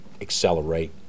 accelerate